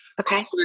Okay